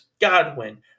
Godwin